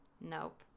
Nope